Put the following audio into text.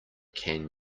can